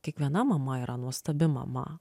kiekviena mama yra nuostabi mama